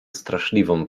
straszliwą